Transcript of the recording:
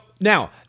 now